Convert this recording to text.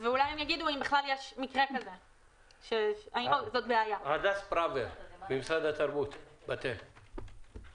יש לנו אישור כניסה למשלחות ספורטיביות עם מטוס זר,